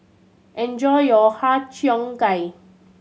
enjoy your Har Cheong Gai